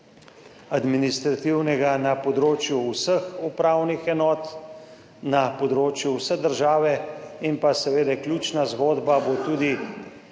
administrativnega, na področju vseh upravnih enot na področju vse države in pa seveda ključna zgodba bo tudi,